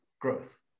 growth